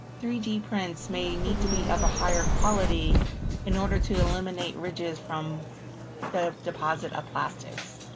three d prints may need to be of a higher quality in order to eliminate ridges from the deposit of plastics.